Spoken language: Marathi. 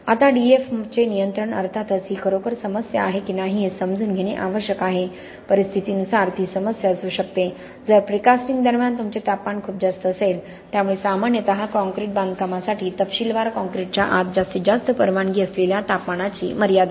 आता डीईएफचे नियंत्रण अर्थातच ही खरोखर समस्या आहे की नाही हे समजून घेणे आवश्यक आहे परिस्थितीनुसार ती समस्या असू शकते जर प्रीकास्टिंग दरम्यान तुमचे तापमान खूप जास्त असेल त्यामुळे सामान्यतः कॉंक्रिट बांधकामासाठी तपशीलवार कॉंक्रिटच्या आत जास्तीत जास्त परवानगी असलेल्या तापमानाची मर्यादा